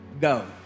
go